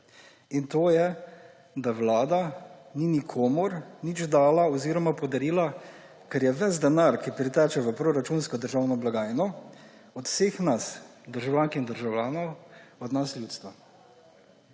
in to je, da vlada ni nikomur nič dala oziroma podarila, ker je ves denar, ki priteče v proračunsko državno blagajno, od vseh nas državljank in državljanov, od nas ljudstva.